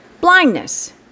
blindness